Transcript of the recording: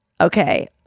Okay